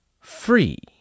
free